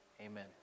Amen